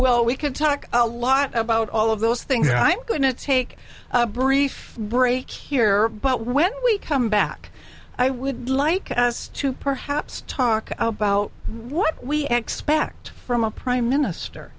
well we could talk a lot about all of those things and i'm going to take a brief break here but when we come back i would like to perhaps talk about what we expect from a prime minister